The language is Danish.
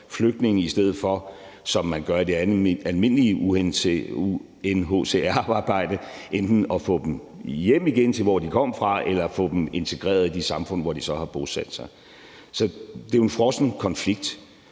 flygtninge i stedet for, som man gør i det almindelige UNHCR-arbejde, enten at få dem hjem igen til, hvor de kom fra, eller få dem integreret i de samfund, hvor de så har bosat sig. Så det er jo en frossen konflikt,